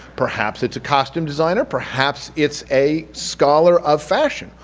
perhaps it's a costume designer, perhaps it's a scholar of fashion.